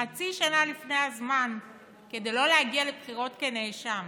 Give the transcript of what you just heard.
חצי שנה לפני הזמן כדי לא להגיע לבחירות כנאשם,